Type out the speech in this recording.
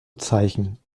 zeichen